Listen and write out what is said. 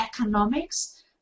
economics